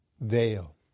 veil